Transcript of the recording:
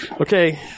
Okay